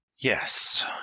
Yes